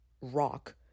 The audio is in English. rock